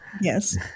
Yes